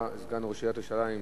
סגן ראש עיריית ירושלים לשעבר,